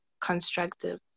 constructive